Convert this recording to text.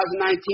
2019